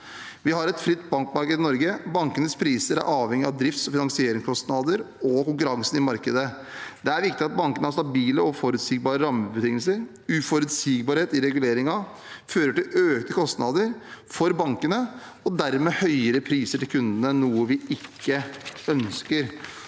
Vi har et fritt bankmarked i Norge. Bankenes priser er avhengig av drifts- og finansieringskostnader og konkurransen i markedet. Det er viktig at bankene har stabile og forutsigbare rammebetingelser. Uforutsigbarhet i reguleringen fører til økte kostnader for bankene og dermed høyere priser til kundene, noe vi ikke ønsker.